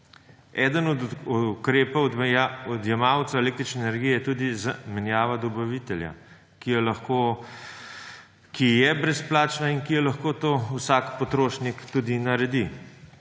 Eden od ukrepov odjemalcev električne energije je tudi zamenjava dobavitelja, ki je brezplačna in ki jo lahko vsak potrošnik tudi naredi,